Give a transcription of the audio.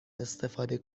استفاده